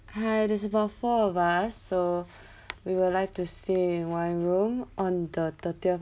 hi there's about four of us so we will like to stay in one room on the thirtieth